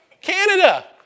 Canada